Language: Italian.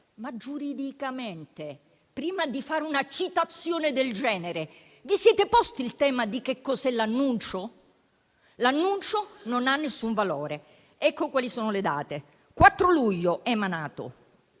Giuridicamente, prima di fare una citazione del genere, vi siete posti il tema di che cos'è l'annuncio? L'annuncio non ha alcun valore. Ecco quali sono le date: il 4 luglio è stato